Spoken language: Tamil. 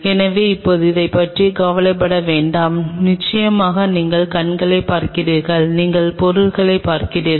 எனவே இப்போது அதைப் பற்றி கவலைப்பட வேண்டாம் நிச்சயமாக நீங்கள் கண்களைப் பார்க்கிறீர்கள் நீங்கள் பொருளைப் பார்க்கிறீர்கள்